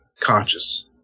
conscious